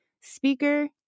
speaker